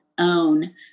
Own